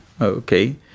okay